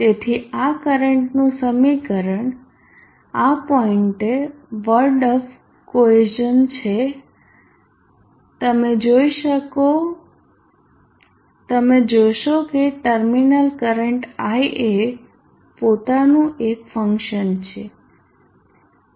તેથી આ કરંટનું સમીકરણઆ પોઇન્ટે વર્ડ ઓફ કોહેઝન છે તમે જોશો કે ટર્મિનલ કરંટ i એ પોતાનું એક ફંક્શન છે